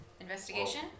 investigation